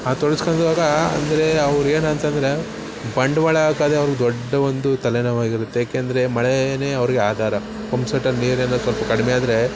ಆ ತೊಡ್ಗಿಸ್ಕೊಂಡಾಗ ಅಂದರೆ ಅವ್ರು ಏನು ಅಂತಂದರೆ ಬಂಡವಾಳ ಹಾಕದೆ ಅವ್ರಿಗೆ ದೊಡ್ಡ ಒಂದು ತಲೆನೋವು ಆಗಿರುತ್ತೆ ಯಾಕೆಂದರೆ ಮಳೆಯೇ ಅವ್ರಿಗೆ ಆಧಾರ ಪಂಪ್ ಸೆಟ್ ಅಲ್ಲಿ ನೀರು ಏನರು ಸ್ವಲ್ಪ ಕಡಿಮೆ ಆದರೆ